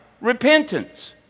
repentance